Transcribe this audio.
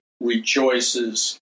rejoices